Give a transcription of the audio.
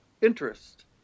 interest